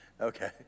Okay